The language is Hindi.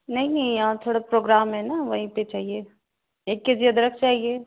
नहीं नहीं यहाँ थोड़ा प्रोग्राम है न वहीं पर चाहिए एक के जी अदरक चाहिए